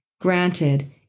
Granted